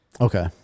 Okay